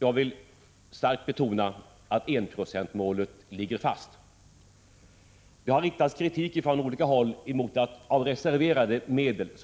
Jag vill starkt betona att enprocentsmålet ligger fast. Det har från olika håll riktats kritik mot att vi av reserverade medel —